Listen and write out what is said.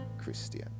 Christian